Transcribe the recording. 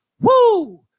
Woo